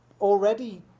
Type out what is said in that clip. already